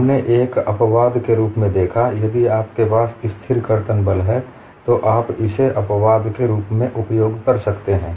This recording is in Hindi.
हमने एक अपवाद के रूप में देखा यदि आपके पास स्थिर कर्तन बल है तो आप इसे अपवाद के रूप में उपयोग कर सकते हैं